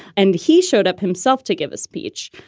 and he showed up himself to give a speech.